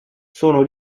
sono